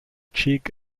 cheek